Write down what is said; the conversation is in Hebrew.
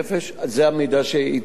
זה המידע שהתקבל,